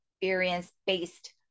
experience-based